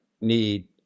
need